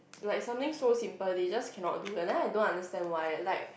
like something so simple they just cannot do and then I don't understand why